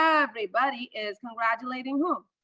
everybody is congratulating whom?